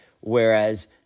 whereas